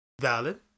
Valid